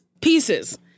Pieces